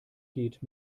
geht